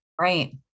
Right